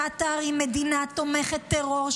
קטאר היא מדינה תומכת טרור,